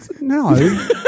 No